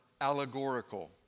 allegorical